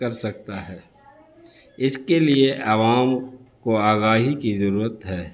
کر سکتا ہے اس کے لیے عوام کو آگاہی کی ضرورت ہے